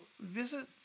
visit